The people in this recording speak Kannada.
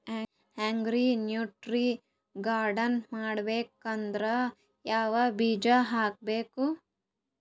ಅಗ್ರಿ ನ್ಯೂಟ್ರಿ ಗಾರ್ಡನ್ ಮಾಡಬೇಕಂದ್ರ ಯಾವ ಬೀಜ ಹಾಕಬೇಕು?